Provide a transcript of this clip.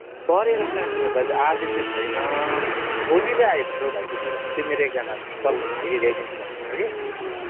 करेला दाजु आज चाहिँ छैन भोलि चाहिँ आइपुग्छ हौ दाजु मेरो त्यो मेरो एकजना तल्लो भाइले ल्याइदिन्छु भनेको छ कि